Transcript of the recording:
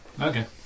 Okay